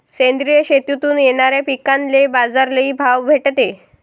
सेंद्रिय शेतीतून येनाऱ्या पिकांले बाजार लई भाव भेटते